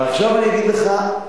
עכשיו אני אגיד לך,